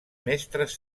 mestres